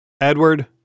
Edward